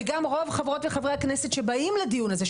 וגם רוב חברות וחברי הכנסת שבאים לדיון הזה,